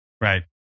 Right